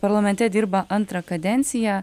parlamente dirba antrą kadenciją